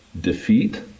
defeat